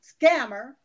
scammer